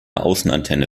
außenantenne